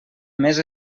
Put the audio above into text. més